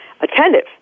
attentive